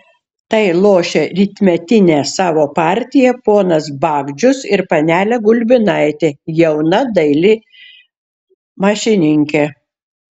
tai lošia rytmetinę savo partiją ponas bagdžius ir panelė gulbinaitė jauna daili mašininkė